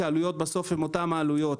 כי העלויות בסוף הן אותן עלויות.